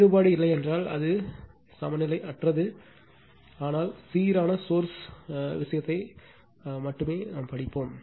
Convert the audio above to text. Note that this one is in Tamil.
வேறுபாடு இல்லையென்றால் அது சமநிலையற்றது ஆனால் சீரான சோர்ஸ் விஷயத்தை மட்டுமே படிப்போம்